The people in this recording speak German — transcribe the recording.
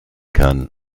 kann